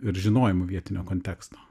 ir žinojimu vietinio konteksto